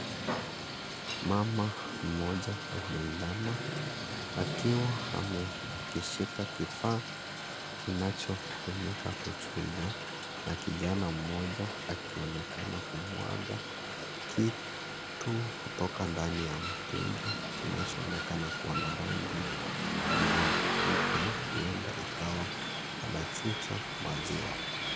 Mama mmoja ameinama akiwa amekishika kifaa kinachotumika kuchuja. Na kijana mmoja akionekana kumwaga kitu kutoka ndani ya mtungi. Kinachoonekana kuwa na rangi nyeupa. Huenda ikawa anachuja maziwa.